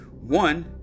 one